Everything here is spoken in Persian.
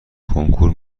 کنکور